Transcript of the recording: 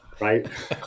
right